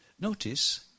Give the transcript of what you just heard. Notice